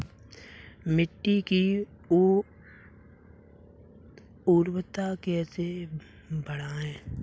मिट्टी की उर्वरता कैसे बढ़ाएँ?